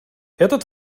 этот